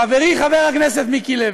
חברי חבר הכנסת מיקי לוי,